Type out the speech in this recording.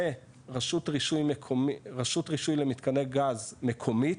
זה רשות רישוי למתקני גז מקומית,